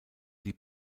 die